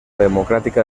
democrática